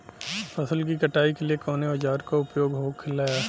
फसल की कटाई के लिए कवने औजार को उपयोग हो खेला?